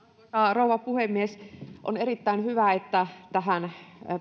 rouva puhemies on erittäin hyvä että tähän